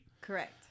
Correct